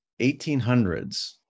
1800s